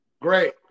Great